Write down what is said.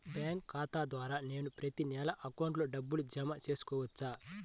Bank ఖాతా ద్వారా నేను ప్రతి నెల అకౌంట్లో డబ్బులు జమ చేసుకోవచ్చా?